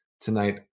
tonight